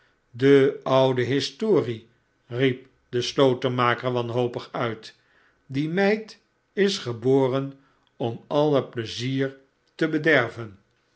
de oude historie riep de slotenmaker wanhopig uit die meid is geboren om alle pleizier te bederven